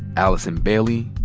allison bailey,